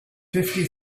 fifty